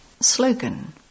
Slogan